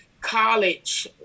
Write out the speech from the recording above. college